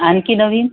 आणखी नवीन